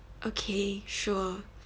okay sure